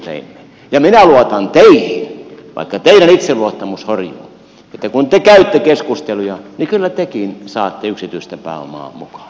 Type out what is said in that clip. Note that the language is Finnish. ja minä luotan teihin vaikka teidän itseluottamuksenne horjuu että kun te käytte keskusteluja niin kyllä tekin saatte yksityistä pääomaa mukaan